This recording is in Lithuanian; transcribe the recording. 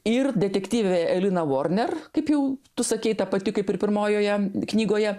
ir detektyvė elina vorner kaip jau tu sakei ta pati kaip ir pirmojoje knygoje